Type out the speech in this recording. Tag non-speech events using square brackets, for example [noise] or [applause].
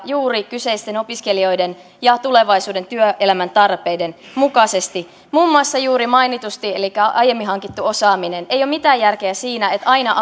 juuri kyseisten opiskelijoiden ja tulevaisuuden työelämän tarpeiden mukaisesti muun muassa juuri mainitusti elikkä aiemmin hankittu osaaminen ei ole mitään järkeä siinä että aina [unintelligible]